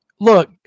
look